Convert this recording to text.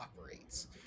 operates